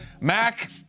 Mac